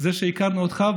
זה שהכרנו אותך,